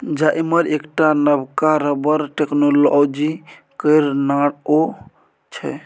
जाइमर एकटा नबका रबर टेक्नोलॉजी केर नाओ छै